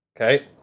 Okay